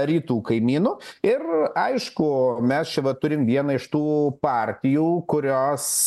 rytų kaimynų ir aišku mes čia va turim vieną iš tų partijų kurios